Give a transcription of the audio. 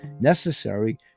necessary